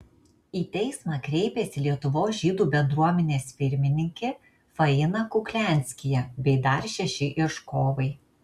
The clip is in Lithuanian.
į teismą kreipėsi lietuvos žydų bendruomenės pirmininkė faina kuklianskyje bei dar šeši ieškovai